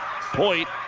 Point